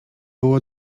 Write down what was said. było